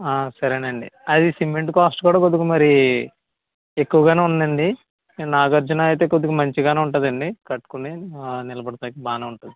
సరేనండి అది cement cost కూడా కొద్దిగా మరి ఎక్కువగానే ఉందండి నాగార్జున అయితే కొద్దిగ మంచిగానే ఉంటుందండి తట్టుకుని నిలబడటానికి బాగానే ఉంటుంది